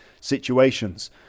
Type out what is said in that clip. situations